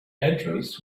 entrance